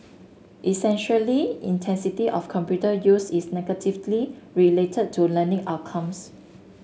essentially intensity of computer use is negatively related to learning outcomes